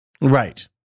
Right